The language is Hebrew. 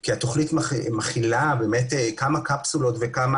כי התוכנית מכילה כמה קפסולות וכמה